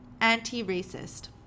anti-racist